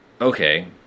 okay